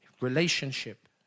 Relationship